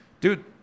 dude